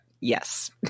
yes